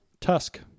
Tusk